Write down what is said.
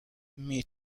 meet